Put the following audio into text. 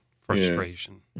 frustration